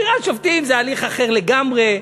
בחירת שופטים זה הליך אחר לגמרי.